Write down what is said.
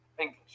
English